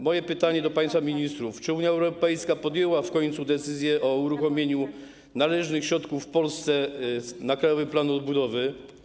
Moje pytanie do państwa ministrów: Czy Unia Europejska podjęła w końcu decyzję o uruchomieniu należnych Polsce środków na Krajowy Plan Odbudowy?